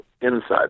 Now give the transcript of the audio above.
inside